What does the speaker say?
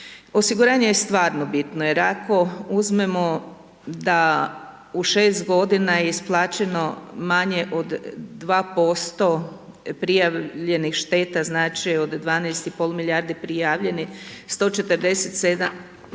Osiguranje je stvarno bitno jer ako uzmemo da u 6 godina je isplaćeno manje od 2% prijavljenih šteta, znači, od 12,5 milijardi prijavljenih, 174